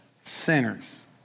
sinners